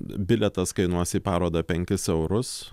bilietas kainuos į parodą penkis eurus